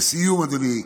לסיום, אדוני,